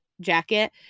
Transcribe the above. jacket